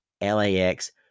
LAX